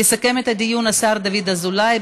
יסכם את הדיון השר דוד אזולאי.